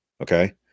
Okay